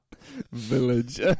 Village